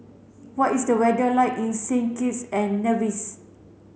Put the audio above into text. what is the weather like in Saint Kitts and Nevis